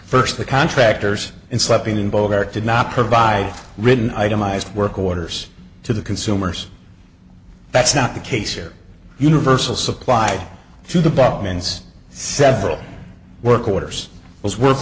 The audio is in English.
first the contractors and supping in both art did not provide written itemised work orders to the consumers that's not the case here universal supplied to the bottom ends several work orders was wor